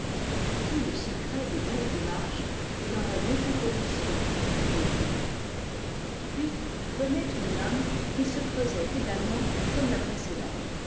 tout le secret des belles démarches est dans la décomposition du mouvement l théorie puis venait une dame qui se creusait également comme la précédente